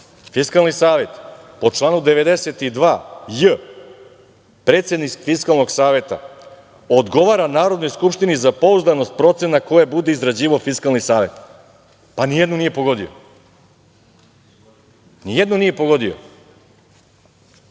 Fiskalni savet po članu 92j - Predsednik Fiskalnog saveta odgovara Narodnoj skupštini za pouzdanost procena koje bude izrađivao Fiskalni savet. Pa, nijednom nije pogodio. Kada je proglašen